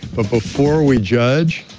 but before we judge,